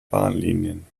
bahnlinien